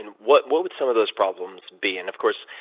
and what what would some of those problems be? and, of course,